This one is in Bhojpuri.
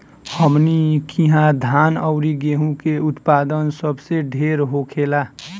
हमनी किहा धान अउरी गेंहू के उत्पदान सबसे ढेर होखेला